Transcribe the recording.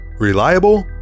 Reliable